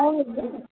आउनुहुने